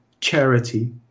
charity